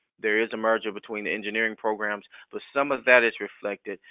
there is a merger between the engineering programs but some of that is reflected.